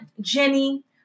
Jenny